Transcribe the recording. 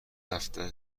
دفتر